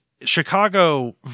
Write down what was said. Chicago